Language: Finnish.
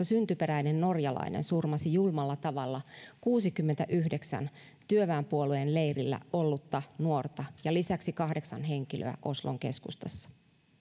syntyperäinen norjalainen surmasi julmalla tavalla kuuteenkymmeneenyhdeksään työväenpuolueen leirillä ollutta nuorta ja lisäksi kahdeksan henkilöä oslon keskustassa